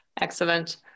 Excellent